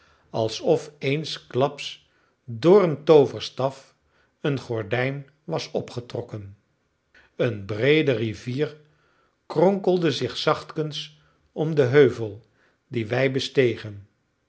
alsof eensklaps door een tooverstaf een gordijn was opgetrokken een breede rivier kronkelde zich zachtkens om den heuvel dien wij bestegen